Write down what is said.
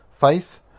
faith